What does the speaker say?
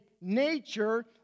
nature